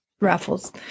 raffles